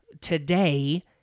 today